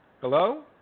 Hello